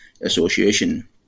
Association